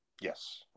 Yes